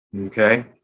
okay